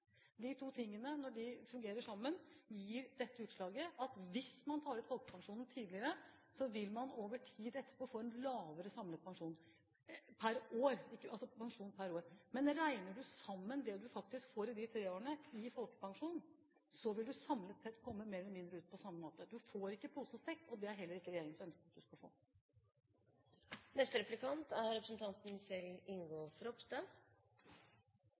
Når de to tingene fungerer sammen, gir de det utslaget at hvis man tar ut folkepensjonen tidligere, vil man over tid etterpå få en lavere samlet pensjon per år. Men legger du sammen det du faktisk får i de tre årene i folkepensjon, vil du samlet sett komme ut mer eller mindre på samme måte. Du får ikke i både pose og sekk, og det er det heller ikke regjeringens ønske at du skal få. Mitt spørsmål er